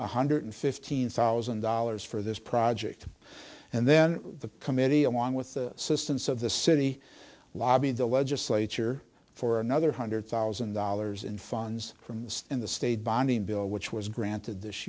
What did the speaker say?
one hundred fifteen thousand dollars for this project and then the committee along with the systems of the city lobbied the legislature for another hundred thousand dollars in funds from the in the state bonding bill which was granted this